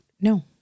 No